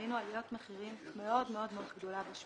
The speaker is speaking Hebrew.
ראינו עליית מחירים מאוד מאוד מאוד גדולה בשוק.